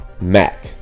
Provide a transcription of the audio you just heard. Mac